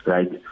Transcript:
Right